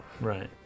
Right